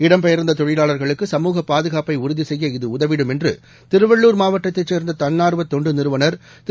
இடம் பெயர்ந்ததொழிலாளர்களுக்கு சமூக பாதுகாப்பைஉறுதிசெய்ய இது உதவிடும் என்றுதிருவள்ளூர் மாவட்டத்தைச் சேர்ந்ததன்னார்வதொண்டுநிறுவனர் திரு